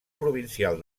provincial